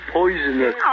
poisonous